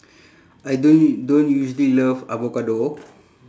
I don't don't usually love avocado